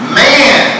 man